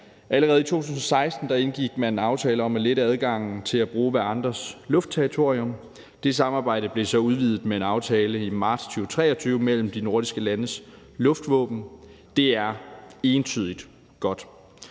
Allerede i 2016 indgik man en aftale om at lette adgangen til at bruge hverandres luftterritorium; det samarbejde blev så udvidet med en aftale i marts 2023 mellem de nordiske landes luftvåben. Det er entydigt godt.